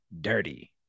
dirty